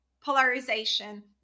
polarization